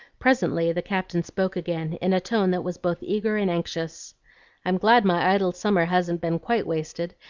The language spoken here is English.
presently the captain spoke again in a tone that was both eager and anxious i'm glad my idle summer hasn't been quite wasted.